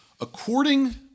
According